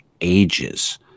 ages